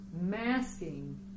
masking